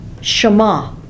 Shema